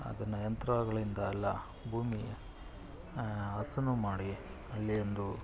ಅದನ್ನು ಯಂತ್ರಗಳಿಂದ ಎಲ್ಲ ಭೂಮಿ ಹಸನು ಮಾಡಿ ಅಲ್ಲಿ ಒಂದು